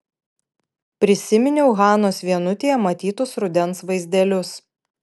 prisiminiau hanos vienutėje matytus rudens vaizdelius